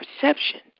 perception